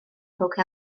ffowc